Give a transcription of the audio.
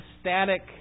static